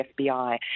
fbi